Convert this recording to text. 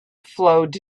flowed